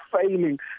failing